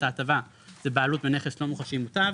ההטבה זה בעלות בנכס לא מוחשי מוטב,